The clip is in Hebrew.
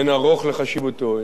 אין ערוך לחשיבותו.